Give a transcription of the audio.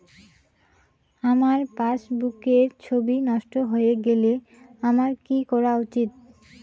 আমার পাসবুকের ছবি নষ্ট হয়ে গেলে আমার কী করা উচিৎ?